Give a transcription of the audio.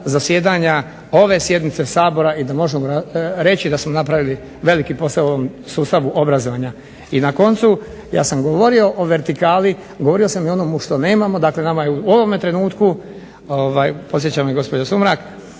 zasjedanja ove sjednice Sabora i da možemo reći da smo napravili veliki posao u ovome sustavu obrazovanja. I na koncu ja sam govorio o vertikali, govorio sam o onome što nemamo, dakle nama je u ovome trenutku podsjeća me gospođa Sumrak